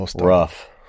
rough